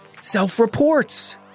self-reports